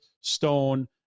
Stone